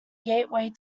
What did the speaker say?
gateway